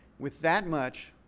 with that much,